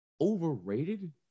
overrated